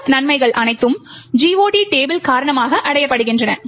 இந்த நன்மைகள் அனைத்தும் GOT டேபிள் காரணமாக அடையப்படுகின்றன